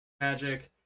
magic